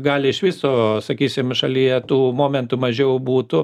gali iš viso sakysim šalyje tų momentų mažiau būtų